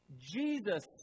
Jesus